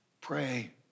pray